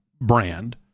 brand